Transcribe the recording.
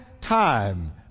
time